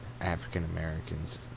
African-Americans